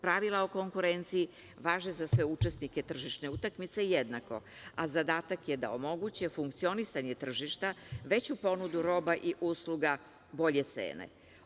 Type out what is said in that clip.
Pravila o konkurenciji važe za sve učesnike tržišne utakmice jednako, a zadatak je da omoguće funkcionisanje tržišta, veću ponudu roba i usluga, bolje cene.